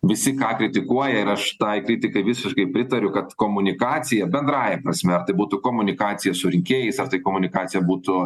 visi ką kritikuoja ir aš tai kritikai visiškai pritariu kad komunikacija bendrąja prasme ar tai būtų komunikacija su rinkėjais ar tai komunikacija būtų